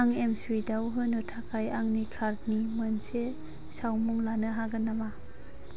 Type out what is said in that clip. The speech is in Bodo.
आं एमस्वुइफआव होनो थाखाय आंनि कार्डनि मोनसे सावमुं लानो हागोन नामा